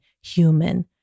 human